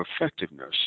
effectiveness